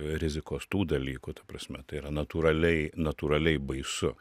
rizikos tų dalykų ta prasme tai yra natūraliai natūraliai baisu